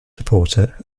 supporter